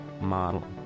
model